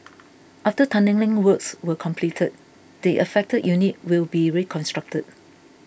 after tunnelling works were completed the affected unit will be reconstructed